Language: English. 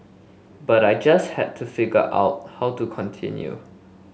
but I just had to figure out how to continue